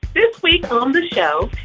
this week on the show,